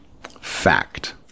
fact